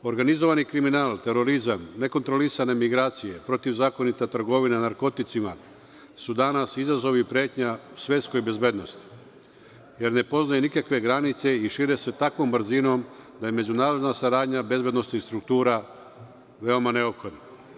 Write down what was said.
Organizovani kriminal, terorizam, nekontrolisane migracije, protiv zakonita trgovina narkoticima su danas izazovi i pretnja svetskoj bezbednosti, jer ne poznaje nikakve granice i šire se takvom brzinom da je međunarodna saradnja bezbednosnih struktura veoma neophodna.